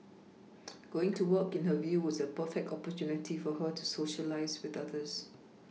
going to work in her view was a perfect opportunity for her to Socialise with others